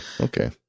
Okay